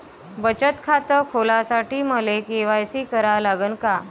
बचत खात खोलासाठी मले के.वाय.सी करा लागन का?